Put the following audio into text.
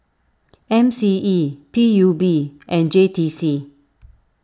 M C E P U B and J T C